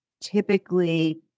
typically